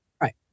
right